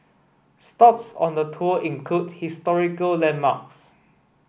stops on the tour include historical landmarks